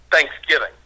Thanksgiving